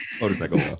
Motorcycle